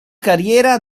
carriera